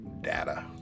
data